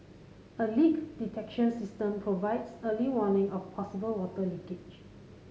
a leak detection system provides early warning of possible water leakage